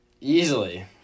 Easily